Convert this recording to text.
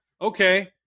okay